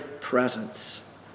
presence